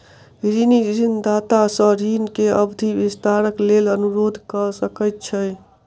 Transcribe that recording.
ऋणी ऋणदाता सॅ ऋण के अवधि विस्तारक लेल अनुरोध कय सकै छै